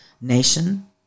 nation